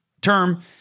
term